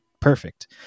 Perfect